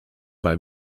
weil